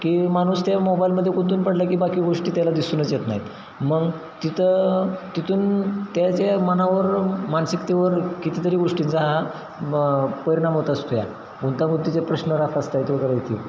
की माणूस त्या मोबाईलमध्ये गुंतून पडला की बाकी गोष्टी त्याला दिसूनच येत नाहीत मग तिथं तिथून त्याच्या मनावर मानसिकतेवर कितीतरी गोष्टींचा हा मग परिणाम होत असतोया गुंतागुंतीचे प्रश्न